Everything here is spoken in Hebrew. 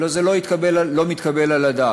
הלוא זה לא מתקבל על הדעת.